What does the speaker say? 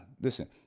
Listen